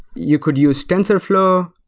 you could use tensorflow.